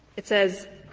it says,